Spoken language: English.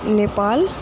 Nepal